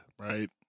right